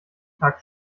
tag